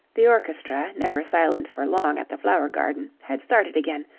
the orchestra, never silent for long at the flower garden, had started again,